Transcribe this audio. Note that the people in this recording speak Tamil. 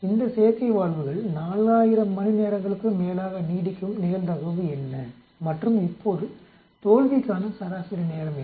இந்த செயற்கை வால்வுகள் 4000 மணி நேரங்களுக்கும் மேலாக நீடிக்கும் நிகழ்தகவு என்ன மற்றும் இப்போது தோல்விக்கான சராசரி நேரம் என்ன